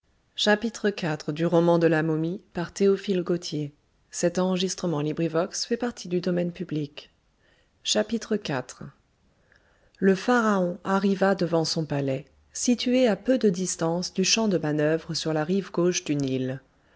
au giganle pharaon arriva devant son palais situé à peu de distance du champ de manœuvre sur la rive gauche du nil